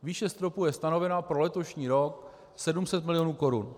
Výše stropu je stanovena pro letošní rok 700 milionů korun.